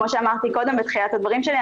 כמו שאמרתי קודם בתחילת הדברים שלי,